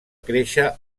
créixer